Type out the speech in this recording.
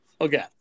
Okay